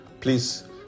Please